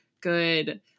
good